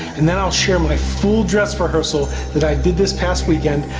and then i'll share my full dress rehearsal that i did this past weekend,